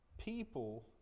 People